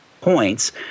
points